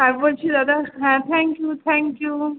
আর বলছি দাদা হ্যাঁ থ্যাঙ্ক ইউ থ্যাঙ্ক ইউ